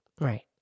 Right